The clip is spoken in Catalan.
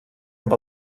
amb